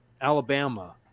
Alabama